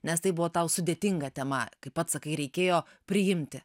nes tai buvo tau sudėtinga tema kaip pats sakai reikėjo priimti